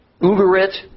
Ugarit